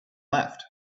left